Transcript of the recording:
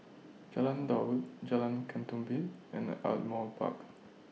Jalan Daud Jalan Ketumbit and Ardmore Park